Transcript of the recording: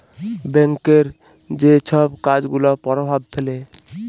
ব্যাংকের যে ছব কাজ গুলা পরভাব ফেলে